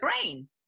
brain